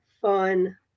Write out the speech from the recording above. fun